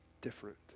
different